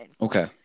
Okay